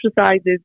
exercises